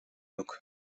yok